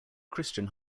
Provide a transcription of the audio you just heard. christian